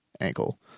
ankle